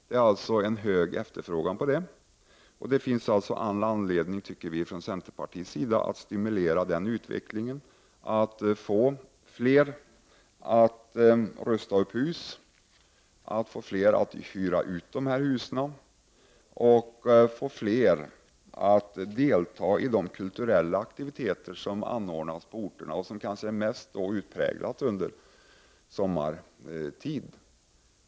Det finns alltså en stor efterfrågan på detta, och vi i centerpartiet menar därför att det finns all anledning att stimulera denna utveckling, att förmå fler att rusta upp hus, att få fler att hyra ut dessa hus och att få fler att delta i de kulturella aktiviteter som anordnas på olika orter och som kanske oftast förekommer under sommartid.